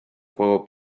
juego